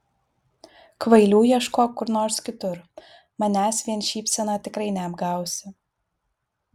kvailių ieškok kur nors kitur manęs vien šypsena tikrai neapgausi